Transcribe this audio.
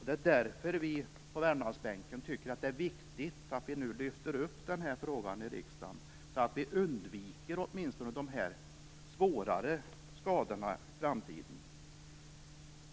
Det är därför vi på Värmlandsbänken tycker att det är viktigt att vi nu lyfter upp denna fråga i riksdagen, så att vi åtminstone undviker de svårare skadorna i framtiden.